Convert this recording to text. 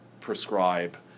prescribe